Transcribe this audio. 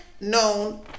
known